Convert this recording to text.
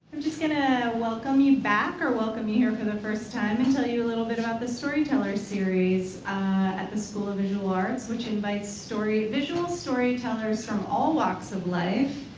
just gonna welcome you back or welcome you here for the first time and tell you a little bit about the storyteller series at the school of visual arts which invites story, visual storytellers from all walks of life,